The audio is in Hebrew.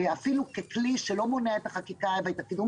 אפילו ככלי שלא מונע את החקיקה ואת התיאום